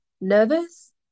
Nervous